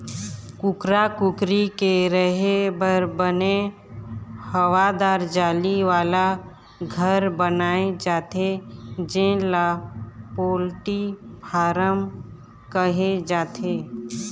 कुकरा कुकरी के रेहे बर बने हवादार जाली वाला घर बनाए जाथे जेन ल पोल्टी फारम कहे जाथे